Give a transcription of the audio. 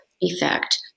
effect